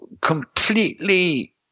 completely